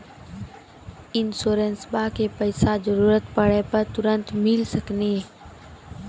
इंश्योरेंसबा के पैसा जरूरत पड़े पे तुरंत मिल सकनी?